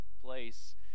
place